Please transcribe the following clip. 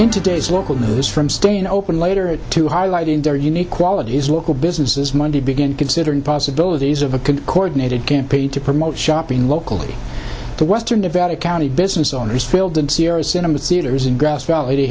in today's local that is from staying open later to highlighting their unique qualities local businesses monday begin considering possibilities of a can coordinated campaign to promote shopping locally to western nevada county business owners failed in serious cinema theaters in grass valley to